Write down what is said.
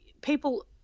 people